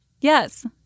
Yes